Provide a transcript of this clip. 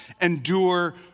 endure